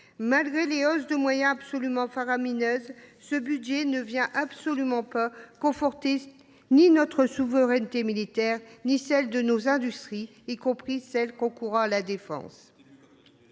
malgré les hausses de moyens absolument faramineuses, ce budget ne conforte ni notre souveraineté militaire ni celle de nos industries, y compris celles qui concourent à la défense.